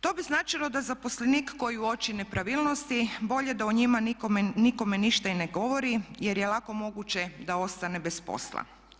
To bi značilo da zaposlenik koji uoči nepravilnosti bolje da o njima nikome ništa i ne govori jer je lako moguće da ostane bez posla.